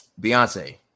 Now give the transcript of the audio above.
Beyonce